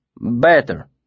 Better